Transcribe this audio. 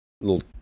little